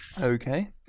Okay